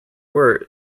were